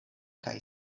kaj